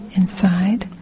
inside